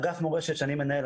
אגף מורשת שאני מנהל,